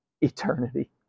eternity